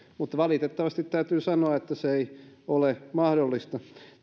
mutta valitettavasti täytyy sanoa että se ei ole mahdollista